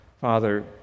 Father